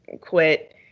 quit